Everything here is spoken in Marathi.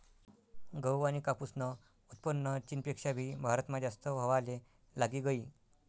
गहू आनी कापूसनं उत्पन्न चीनपेक्षा भी भारतमा जास्त व्हवाले लागी गयी